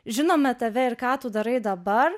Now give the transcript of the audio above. žinome tave ir ką tu darai dabar